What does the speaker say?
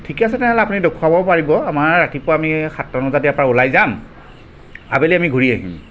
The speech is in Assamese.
ঠিকে আছে তেনেহ'লে দেখুৱাবও পাৰিব আমাৰ ৰাতিপুৱা আমি সাতটামান বজাত আমি ওলাই যাম আবেলি আমি ঘূৰি আহিম